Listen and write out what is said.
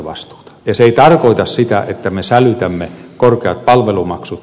se ei tarkoita sitä että me sälytämme korkeat palvelumaksut